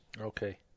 Okay